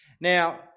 Now